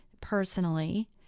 personally